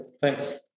Thanks